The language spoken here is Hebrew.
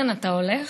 ביטן, אתה הולך?